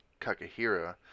Kakahira